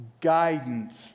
guidance